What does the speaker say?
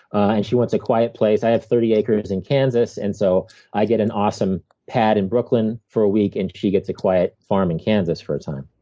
and she wants a quiet place. i have thirty acres in kansas, and so i get an awesome pad in brooklyn for a week, and she gets a quiet farm in kansas for a time.